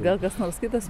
gal kas nors kitas